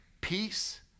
peace